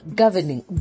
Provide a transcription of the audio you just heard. governing